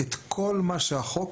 את כל מה שהחוק